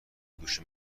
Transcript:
دوش